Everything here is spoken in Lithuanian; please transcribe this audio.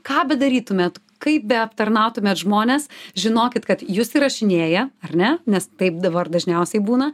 ką bedarytumėt kaip beaptarnautumėt žmones žinokit kad jus įrašinėja ar ne nes taip dabar dažniausiai būna